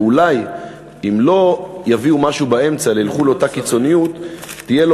ואולי אם לא יביאו משהו באמצע וילכו לאותה קיצוניות תהיה אליו